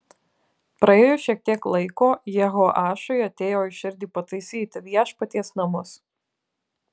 praėjus šiek tiek laiko jehoašui atėjo į širdį pataisyti viešpaties namus